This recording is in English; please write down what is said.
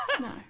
No